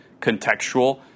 contextual